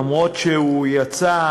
אומנם הוא יצא,